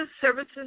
services